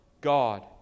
God